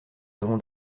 avons